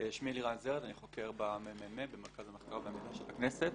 אני חוקר במרכז המחקר והמידע של הכנסת.